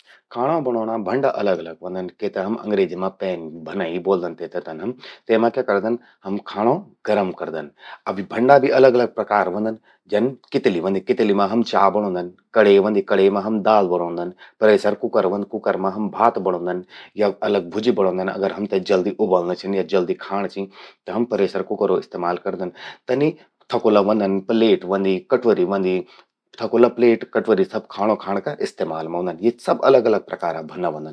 खाणों बणौणा भंडा अलग अलग व्हंदन, केते हम अग्रेजी मां पैन भंडा ही ब्वोलदन। तेमा क्य करदन हम खाणो गरम करदन। अब भँडा भी अलग अलग प्रकार व्हंदन। जन कितलि व्हंदि, कितलि मां हम चा बणौंदन। कणे व्हदि, कणे मां हम दाल बणौंदन। प्रेशर कुकर व्हंद, कुकर मां हम भात बणौदन, या अलग भुज्जि बणौंदन अगर हमते जल्दी उबल्लं चि या जल्दी खाण चि, त हम प्रेश कुकरो इस्तेमाल करदन। तनि थकुला व्हंदन, प्लेट व्हंदि, कट्वोरि व्हंदि। थकुला, प्लेट, कट्वोरि यी सब खाणों खाण का इस्तेमाल मां उंदिन। यि सब अलग- अलग प्रकारा भन्ना व्हंदन।